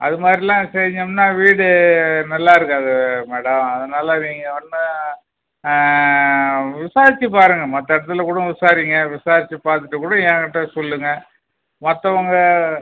அதுமாதிரிலாம் செஞ்சோம்னா வீடு நல்லா இருக்காது மேடம் அதனால் நீங்கள் வந்து விசாரிச்சு பாருங்கள் மற்ற இடத்துல கூடம் விசாரிங்க விசாரிச்சு பார்த்துட்டு கூட ஏங்கிட்ட சொல்லுங்கள் மற்றவங்க